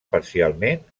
parcialment